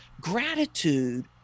Gratitude